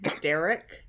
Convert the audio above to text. Derek